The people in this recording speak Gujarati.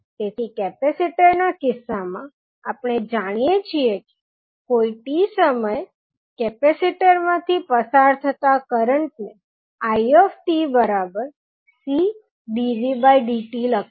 તેથી કેપેસિટરના કિસ્સામાં આપણે જાણીએ છીએ કે કોઇ t સમયે કેપેસિટર માંથી પસાર થતાં કરંટ ને itCdvdt લખાય